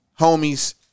homies